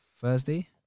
Thursday